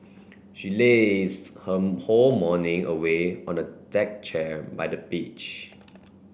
she lazed her whole morning away on a deck chair by the beach